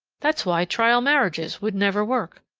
that's why trial marriages would never work.